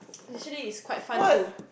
usually it's quite fun to